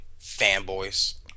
Fanboys